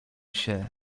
się